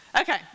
Okay